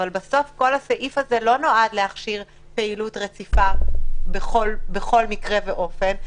כל הסעיף הזה לא נועד להכשיר פעילות רציפה בכל מקרה ואופן,